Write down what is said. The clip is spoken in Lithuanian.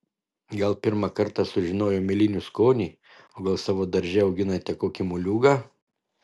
gal pirmą kartą sužinojo mėlynių skonį o gal savo darže auginate kokį moliūgą